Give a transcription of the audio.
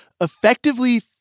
effectively